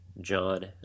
John